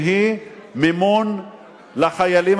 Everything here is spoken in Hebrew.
והיא מימון של בחינות